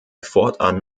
fortan